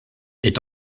est